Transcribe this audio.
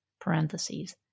parentheses